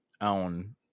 own